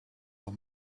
heel